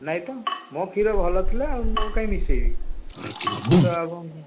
ନାହିଁ ତ ମୋ କ୍ଷୀର ଭଲଥିଲା ଆଉ ମୁଁ କାହିଁକି ମିଶାଇବି ମୁଁ ତ ଆପଣଙ୍କୁ